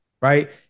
right